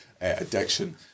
addiction